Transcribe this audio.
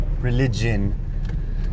religion